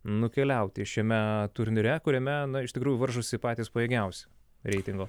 nukeliauti šiame turnyre kuriame iš tikrųjų varžosi patys pajėgiausi reitingo